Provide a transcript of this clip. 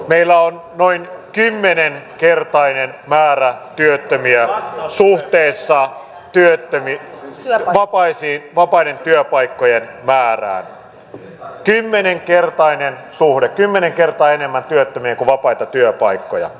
meillä on noin kymmenkertainen määrä työttömiä suhteessa vapaiden työpaikkojen määrään kymmenkertainen suhde kymmenen kertaa enemmän työttömiä kuin vapaita työpaikkoja